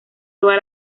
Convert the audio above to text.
toda